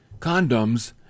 condoms